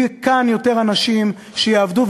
יהיו כאן יותר אנשים שיעבדו.